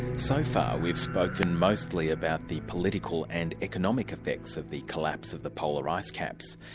so far we've spoken mostly about the political and economic effects of the collapse of the polar ice caps.